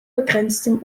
begrenztem